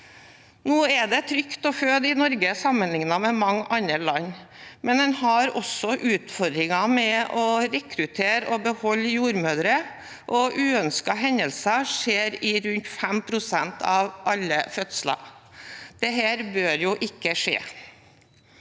Det er trygt å føde i Norge sammenlignet med mange andre land, men en har også utfordringer med å rekruttere og beholde jordmødre, og uønskede hendelser skjer i rundt 5 pst. av alle fødsler. Det bør ikke skje.